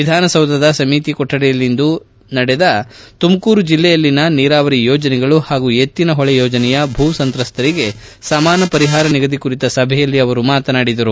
ವಿಧಾನಸೌಧದ ಸಮಿತಿ ಕೊಠಡಿಯಲ್ಲಿಂದು ನಡೆದ ತುಮಕೂರು ಜಿಲ್ಲೆಯಲ್ಲಿನ ನೀರಾವರಿ ಯೋಜನೆಗಳು ಹಾಗೂ ಎತ್ತಿನ ಹೊಳೆ ಯೋಜನೆಯ ಭೂ ಸಂತ್ರಸ್ತರಿಗೆ ಸಮಾನ ಪರಿಹಾರ ನಿಗದಿ ಕುರಿತ ಸಭೆಯಲ್ಲಿ ಅವರು ಮಾತನಾಡುತ್ತಿದ್ದರು